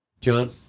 John